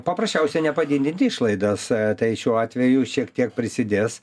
paprasčiausia nepadidint išlaidas tai šiuo atveju šiek tiek prisidės